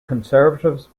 conservatives